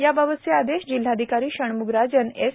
याबाबतचे आदेश जिल्हाधिकारी षण्म्गराजन एस